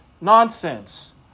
nonsense